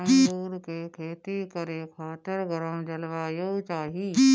अंगूर के खेती करे खातिर गरम जलवायु चाही